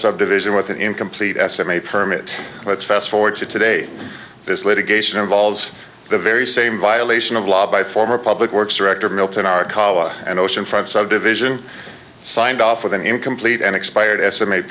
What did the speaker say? subdivision with an incomplete estimate permit let's fast forward to today this litigation involves the very same violation of law by former public works director milton r kala an oceanfront subdivision signed off with an incomplete and expired estimate